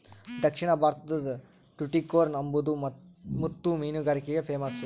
ದಕ್ಷಿಣ ಭಾರತುದ್ ಟುಟಿಕೋರ್ನ್ ಅಂಬಾದು ಮುತ್ತು ಮೀನುಗಾರಿಕ್ಗೆ ಪೇಮಸ್ಸು